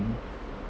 mm